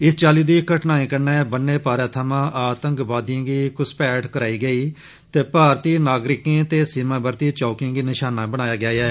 इस चाल्ली दी घटनाएं कन्नै ब'न्ने पारै थमां आतंकवादियें गी घुसपैठ करवाई गेई ऐ ते भारतीय नागरिकें ते सीमावर्ती चौकियें गी निशाना बनाया गेआ ऐ